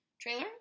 trailer